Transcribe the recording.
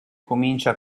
comincia